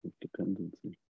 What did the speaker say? dependency